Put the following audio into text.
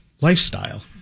lifestyle